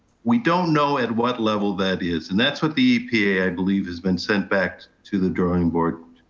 we don't know at what level that is. and that's what the epa i believe has been sent back to the drawing board